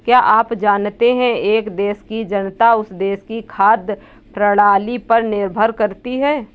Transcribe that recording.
क्या आप जानते है एक देश की जनता उस देश की खाद्य प्रणाली पर निर्भर करती है?